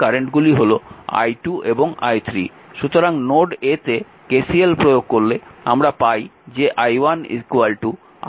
সুতরাং node A তে KCL প্রয়োগ করলে আমরা পাই যে i1 i2 i3